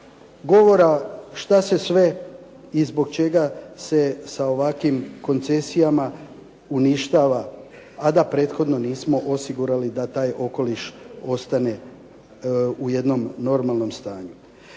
govora što se sve i zbog čega se sa ovakvim koncesijama uništava, a da prethodno nismo osigurali da taj okoliš ostane u jednom normalnom stanju.